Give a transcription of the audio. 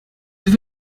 hilf